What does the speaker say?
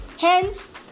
hence